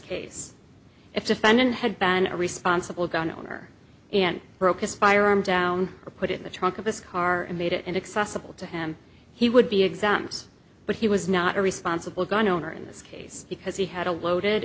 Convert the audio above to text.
case if defendant had been a responsible gun owner and broke his firearm down or put it in the trunk of his car and made it inaccessible to him he would be exams but he was not a responsible gun owner in this case because he had a loaded